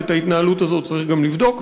ואת ההתנהלות הזאת צריך גם לבדוק,